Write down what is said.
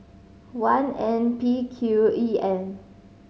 one N P Q E M